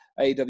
AW